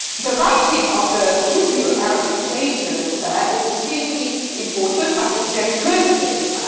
the writing of the judeo-arabic traders ah is extremely important, but it's very cursive.